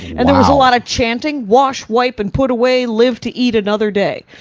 and there was a lot of chanting, wash, wipe and put away. live to eat another day.